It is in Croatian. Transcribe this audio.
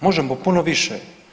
Možemo puno više.